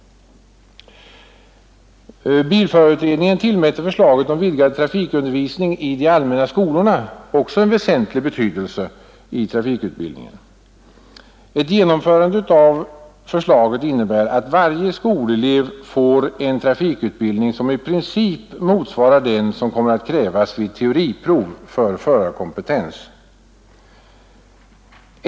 Bilförarutredningen tillmätte förslaget om vidgad trafikundervisning i de allmänna skolorna en väsentlig betydelse i trafikutbildningen. Ett genomförande av förslaget innebär att varje elev får en trafikutbildning som i princip motsvarar den som kommer att krävas vid teoriprov för förarkompetens.